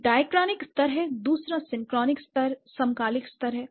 एक दयाक्रॉनिक स्तर है दूसरा सिंक्रॉनिक समकालिक स्तर है